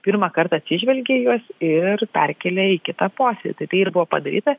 pirmą kartą atsižvelgė į juos ir perkėlė į kitą posėdį tai ir buvo padaryta